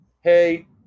hey